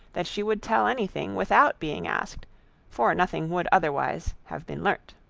that she would tell any thing without being asked for nothing would otherwise have been learnt.